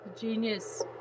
Genius